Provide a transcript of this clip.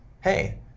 hey